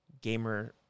gamer